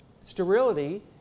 Sterility